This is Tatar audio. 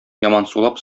ямансулап